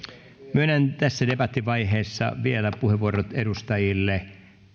myönnän tässä debatin vaiheessa vielä puheenvuorot edustajille